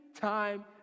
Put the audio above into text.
time